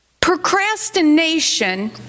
procrastination